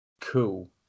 Cool